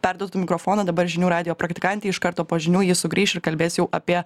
perduodu mikrofoną dabar žinių radijo praktikantei iš karto po žinių ji sugrįš ir kalbės jau apie